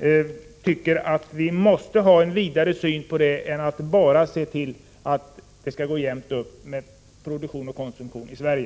är viktiga. Vi måste ha en vidare syn på dem än att bara se till att produktion och konsumtion går jämnt upp i Sverige.